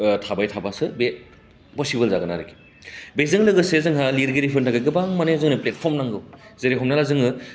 थाबाय थाबासो बे फसिबोल जागोन आरखि बेजों लोगोसे जोंहा लिरगिरिफोरनि थाखाय जोंहा गोबां माने जोंनो फ्लेटपर्म नांगौ जेरेखम दा जोङो